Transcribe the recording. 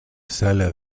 sala